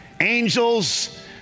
Angels